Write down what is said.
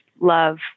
love